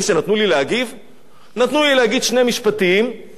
נתנו לי להגיד שני משפטים והוציאו אותי החוצה.